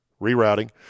rerouting